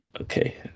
Okay